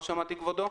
לא שמעתי, כבודו.